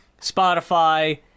Spotify